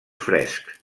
frescs